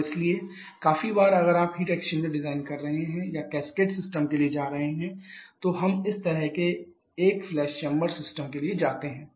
और इसलिए काफी बार अगर आप हीट एक्सचेंजर डिजाइन कर रहे हैं या कैस्केड सिस्टम के लिए जा रहे हैं तो हम इस तरह के एक फ्लैश चैंबर सिस्टम के लिए जाते हैं